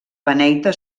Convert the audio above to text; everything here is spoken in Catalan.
beneita